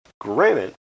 granted